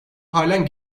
halen